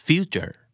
Future